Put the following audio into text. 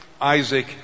Isaac